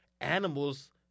animals